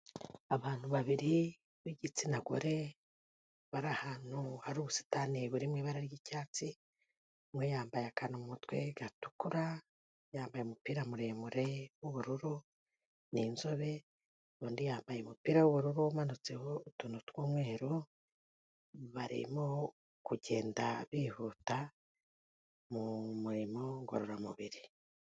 Abantu babiri b'igitsina gore bari ahantu hari ubusitani buri mu ibara ry'icyatsi, umwe yambaye akantu mu mutwe gatukura, yambaye umupira muremure w'ubururu ni inzobe, undi yambaye umupira w'ubururu umanutseho utuntu tw'umweru, barimo kugenda bihuta mu murimo ngororamubiri.